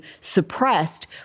suppressed